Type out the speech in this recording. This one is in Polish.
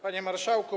Panie Marszałku!